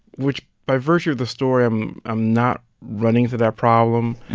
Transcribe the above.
which, by virtue of the story, i'm i'm not running into that problem.